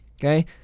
Okay